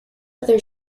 other